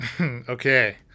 Okay